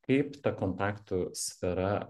kaip ta kontaktų sfera